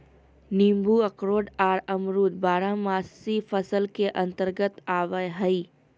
नींबू अखरोट आर अमरूद बारहमासी फसल के अंतर्गत आवय हय